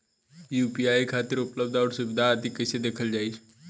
UPI खातिर उपलब्ध आउर सुविधा आदि कइसे देखल जाइ?